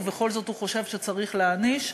ובכל זאת הוא חושב שצריך להעניש.